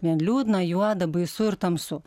vien liūdna juoda baisu ir tamsu